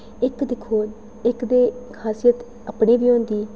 इक दिक्खो इक ते खासियत अपने बी होंदी